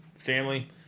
Family